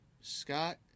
Scott